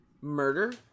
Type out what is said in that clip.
murder